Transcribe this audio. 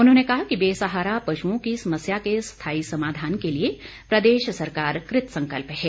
उन्होंने कहा कि बेसहारा पशुओं की समस्या के स्थाई समाधान के लिए प्रदेश सरकार कृतसंकल्प है